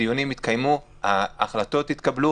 הדיונים התקיימו, ההחלטות התקבלו.